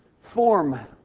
form